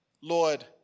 Lord